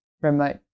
remote